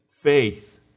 faith